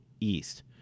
East